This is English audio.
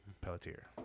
Pelletier